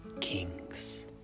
Kings